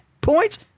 points